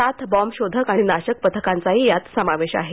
सात बॉम्ब शोधक आणि नाशक पथकांचाही यात समावेश आहे